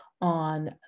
on